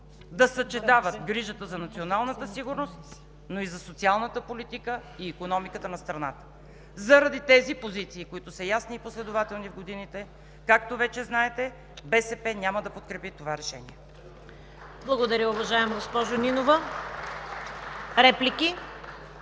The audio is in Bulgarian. да съчетават грижата за националната сигурност, но и за социалната политика и икономиката на страната. Заради тези позиции, които са ясни и последователни в годините, както вече знаете, БСП няма да подкрепи това решение! (Ръкопляскания от „БСП за